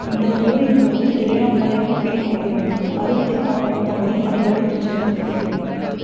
இந்தப் போரின் போது ஏழாம் படைப்பிரிவோடு அறுபத்தெட்டாம் படைப்பகுதி அணிவகுத்துச் சென்றது